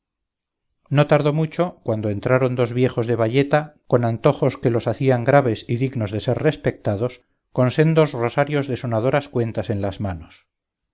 no tardó mucho cuando entraron dos viejos de bayeta con antojos que los hacían graves y dignos de ser respectados con sendos rosarios de sonadoras cuentas en las manos